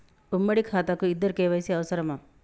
ఉమ్మడి ఖాతా కు ఇద్దరు కే.వై.సీ అవసరమా?